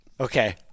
Okay